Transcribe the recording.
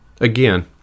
Again